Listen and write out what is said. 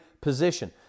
position